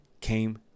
came